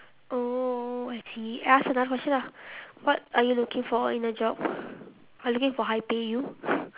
oh I see I ask another question ah what are you looking for in a job I looking for high pay you